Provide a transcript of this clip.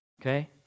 okay